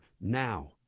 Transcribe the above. now